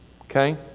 okay